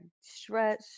stretch